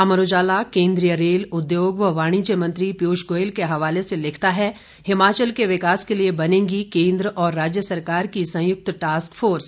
अमर उजाला केंद्रीय रेल उद्योग व वाणिज्य मंत्री पीयूष गोयल के हवाले से लिखता है हिमाचल के विकास के लिए बनेगी केंद्र और राज्य सरकार की संयुक्त टास्क फोर्स